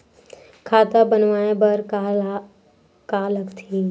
खाता बनवाय बर का का लगथे?